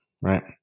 right